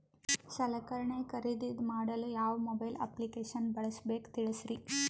ಸಲಕರಣೆ ಖರದಿದ ಮಾಡಲು ಯಾವ ಮೊಬೈಲ್ ಅಪ್ಲಿಕೇಶನ್ ಬಳಸಬೇಕ ತಿಲ್ಸರಿ?